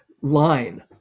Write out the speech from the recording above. line